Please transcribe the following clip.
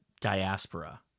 diaspora